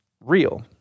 real